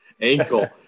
ankle